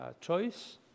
choice